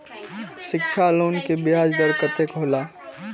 शिक्षा लोन के ब्याज दर कतेक हौला?